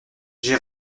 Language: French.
j’ai